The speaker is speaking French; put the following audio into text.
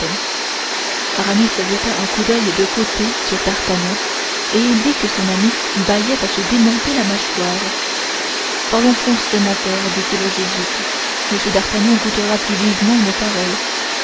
immensitatem aramis jeta un coup d'oeil de côté sur d'artagnan et il vit que son ami bâillait à se démonter la mâchoire parlons français mon père dit-il au jésuite m d'artagnan goûtera plus vivement nos paroles